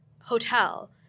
hotel